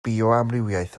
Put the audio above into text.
bioamrywiaeth